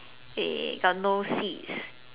uh got no seats